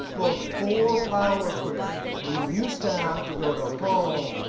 but for powerquery, we used to have to go to home,